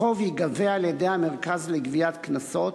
החוב ייגבה על-ידי המרכז לגביית קנסות